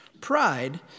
Pride